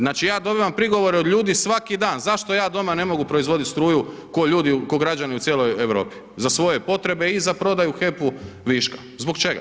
Znači ja dobivam prigovore od ljudi svaki dan, zašto ja doma ne mogu proizvodit struju kao ljudi, kao građani u cijeloj Europi za svoje potrebe i za prodaju u HEP-u viška, zbog čega?